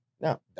No